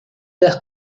das